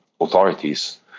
authorities